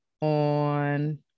on